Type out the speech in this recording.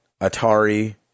Atari